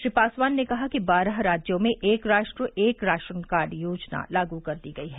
श्री पासवान ने कहा कि बारह राज्यों में एक राष्ट्र एक राशन कार्ड योजना लागू कर दी गई है